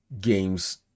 games